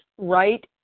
right